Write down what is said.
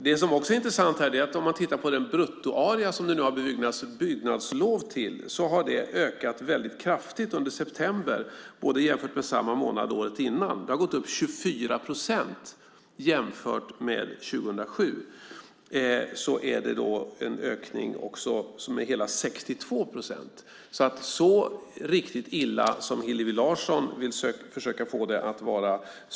Det som också är intressant är att den bruttoarea som det har beviljats byggnadslov till har ökat väldigt kraftigt under september jämfört med samma månad året innan. Den har gått upp 24 procent. Jämfört med 2007 är det en ökning med hela 62 procent. Det är inte riktigt så illa som Hillevi Larsson vill försöka få det att vara.